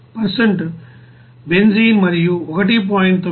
1 benzene మరియు 1